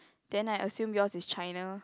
then I assume yours is China